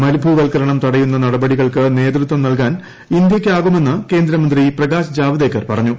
മരുഭൂവൽക്കരണം തടയുന്ന നടപടികൾക്ക് നേതൃത്വം നൽകാൻ ഇന്തൃയ്ക്കാകുമെന്ന് കേന്ദ്രമന്ത്രി പ്രകാശ് ജാവ്ദേക്കർ പറഞ്ഞു